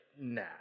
Nah